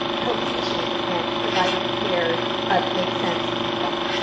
cohesion and providing care that makes sense to people.